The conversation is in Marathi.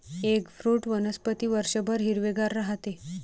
एगफ्रूट वनस्पती वर्षभर हिरवेगार राहते